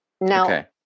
Now